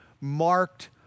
marked